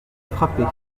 frappés